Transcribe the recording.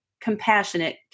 compassionate